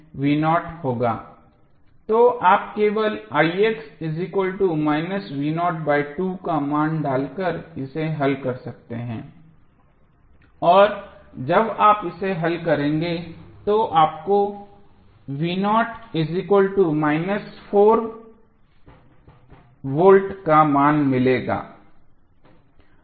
तो आप केवल का मान लगाकर इसे हल कर सकते हैं और जब आप इसे हल करेंगे तो आपको V का मान मिलेगा